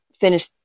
finish